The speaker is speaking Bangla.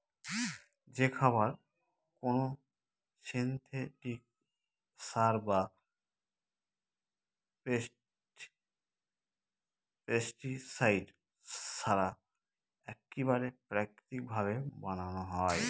যে খাবার কোনো সিনথেটিক সার বা পেস্টিসাইড ছাড়া এক্কেবারে প্রাকৃতিক ভাবে বানানো হয়